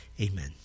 amen